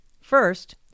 First